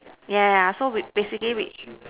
yeah yeah yeah so we basically we